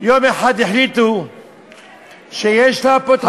ויום אחד החליטו שיש לה אפוטרופוס.